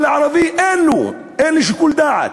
אבל הערבי אין לו, אין לו שיקול דעת.